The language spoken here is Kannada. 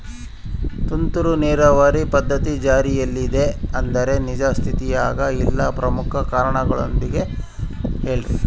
ತುಂತುರು ನೇರಾವರಿ ಪದ್ಧತಿ ಜಾರಿಯಲ್ಲಿದೆ ಆದರೆ ನಿಜ ಸ್ಥಿತಿಯಾಗ ಇಲ್ಲ ಪ್ರಮುಖ ಕಾರಣದೊಂದಿಗೆ ಹೇಳ್ರಿ?